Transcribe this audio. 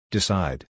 Decide